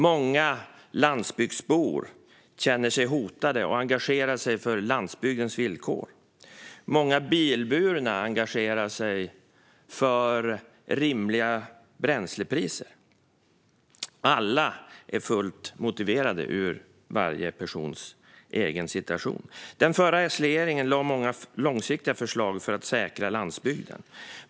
Många landsbygdsbor känner sig hotade och engagerar sig därför för landsbygdens villkor. Många bilburna engagerar sig för rimliga bränslepriser. Allt är fullt motiverat ur varje persons egen situation. Den förra S-regeringen lade många långsiktiga förslag för att säkra landsbygden.